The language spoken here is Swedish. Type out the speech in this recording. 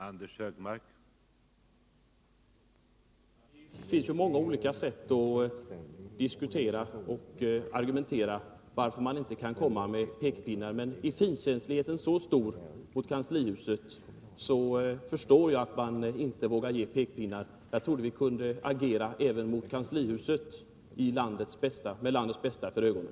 Herr talman! Det finns många olika sätt att diskutera och argumentera, varför man inte bör komma med pekpinnar. Men är finkänsligheten i kanslihuset så stor, förstår jag att man inte vågar komma med några pekpinnar — jag trodde att vi kunde agera i förhållande till kanslihuset med landets bästa för ögonen.